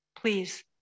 please